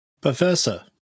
Professor